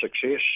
success